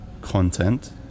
content